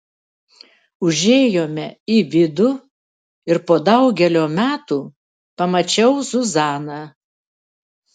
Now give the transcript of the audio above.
užėjome į vidų ir po daugelio metų pamačiau zuzaną